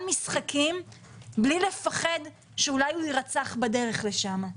משחקים בלי לפחד שאולי הוא יירצח בדרך לשם.